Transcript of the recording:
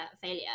failure